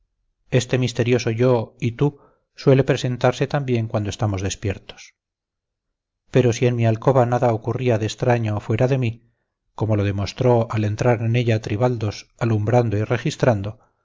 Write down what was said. este misterioso yo y túsuele presentarse también cuando estamos despiertos pero si en mi alcoba nada ocurría de extraño fuera de mí como lo demostró al entrar en ella tribaldos alumbrando y registrando